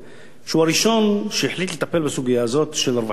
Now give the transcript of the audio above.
שהוא הראשון שהחליט לטפל בסוגיה הזו של רווחים כלואים.